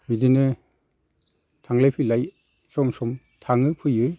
बिदिनो थांलाय फैलाय सम सम थाङो फैयो